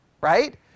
right